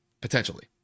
potentially